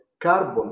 carbon